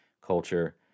culture